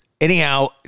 anyhow